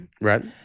right